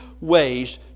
ways